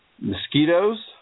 mosquitoes